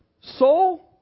Soul